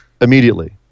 immediately